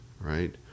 right